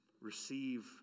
receive